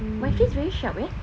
my face very sharp eh